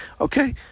Okay